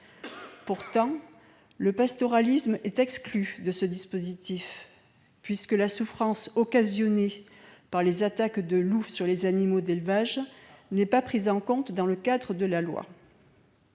Pourtant, le pastoralisme est exclu de ce dispositif, puisque la souffrance occasionnée par les attaques de loups sur les animaux d'élevage n'est pas prise en compte par le projet de loi.